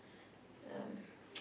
um